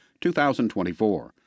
2024